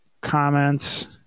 comments